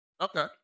Okay